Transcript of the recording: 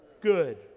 good